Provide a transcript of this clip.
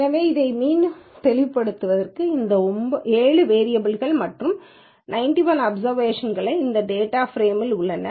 எனவே இதை மிகத் தெளிவுபடுத்துவதற்கு இந்த 7 வேரியபல் கள் மற்றும் 91 அப்சர்வேஷன்கள் இந்த டேட்டாச் பிரேமில் உள்ளன